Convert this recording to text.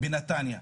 בנתניה.